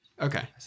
Okay